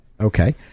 Okay